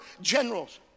generals